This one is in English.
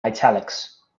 italics